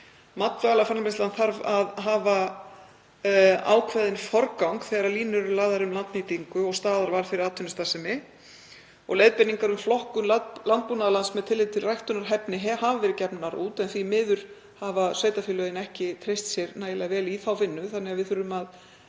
Matvælaframleiðsla þarf að hafa ákveðinn forgang þegar línur eru lagðar um landnýtingu og staðarval fyrir atvinnustarfsemi og leiðbeiningar um flokkun landbúnaðarlands með tilliti til ræktunarhæfni hafa verið gefnar út. Því miður hafa sveitarfélögin ekki treyst sér nægilega vel í þá vinnu. Við þurfum